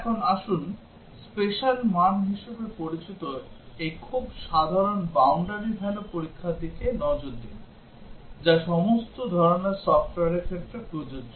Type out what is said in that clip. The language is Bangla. এখন আসুন special মান হিসাবে পরিচিত এই খুব সাধারণ boundary value পরীক্ষার দিকে নজর দিন যা সমস্ত ধরণের সফ্টওয়্যারের ক্ষেত্রে প্রযোজ্য